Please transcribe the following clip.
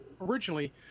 originally